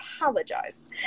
apologize